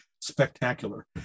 spectacular